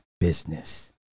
business